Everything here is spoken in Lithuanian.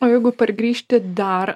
o jeigu pargrįžti dar